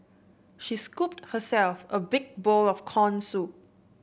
she scooped herself a big bowl of corn soup